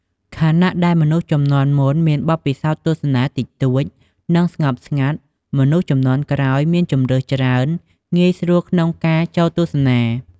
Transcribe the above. ខណៈដែលមនុស្សជំនាន់មុនមានបទពិសោធន៍ទស្សនាតិចតួច និងស្ងប់ស្ងាត់ មនុស្សជំនាន់ក្រោយមានជម្រើសច្រើន ងាយស្រួលក្នុងការចូលទស្សនា ។